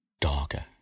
darker